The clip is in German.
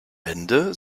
bände